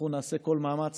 אנחנו נעשה כל מאמץ